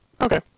Okay